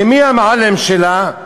ומי המועלם שלה?